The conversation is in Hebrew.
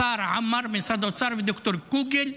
השר עמאר ממשרד האוצר וד"ר קוגל,